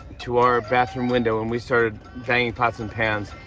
to our bathroom window, and we started banging pots and pans,